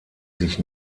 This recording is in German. sich